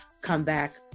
comeback